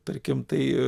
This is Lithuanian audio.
tarkim tai